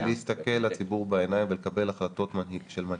ולהסתכל לציבור בעיניים ולקבל החלטות של מנהיגים.